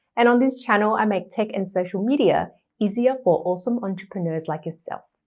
and on this channel, i make tech and social media easier for awesome entrepreneurs like yourself.